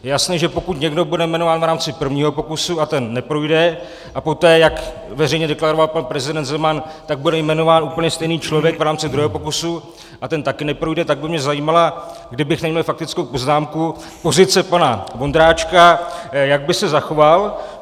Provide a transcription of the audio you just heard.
Je jasné, že pokud někdo bude jmenován v rámci prvního pokusu a ten neprojde a poté, jak veřejně deklaroval pan prezident Zeman, tak bude jmenován úplně stejný člověk v rámci druhého pokusu a ten také neprojde, tak by mě zajímala, kdybych neměl faktickou poznámku, pozice pana Vondráčka, jak by se zachoval.